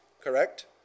correct